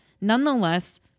nonetheless